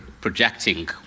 projecting